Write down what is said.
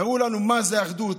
תראו לנו מה זה אחדות,